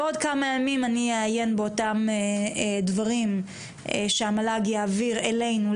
בעוד כמה ימים אני אעיין באותם דברים שהמל"ג יעביר אלינו,